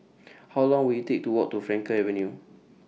How Long Will IT Take to Walk to Frankel Avenue